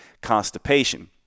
constipation